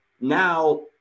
Now